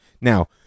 Now